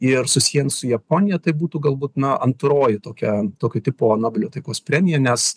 ir susiejant su japonija tai būtų galbūt na antroji tokia tokio tipo nobelio taikos premija nes